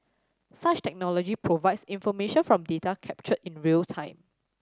such technology provides information from data captured in real time